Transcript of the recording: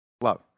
love